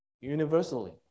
universally